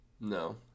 No